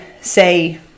say